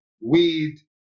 weed